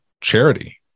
charity